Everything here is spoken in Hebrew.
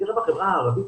בקרב החברה הערבית,